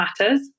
matters